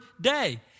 day